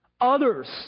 others